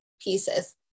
pieces